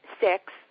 six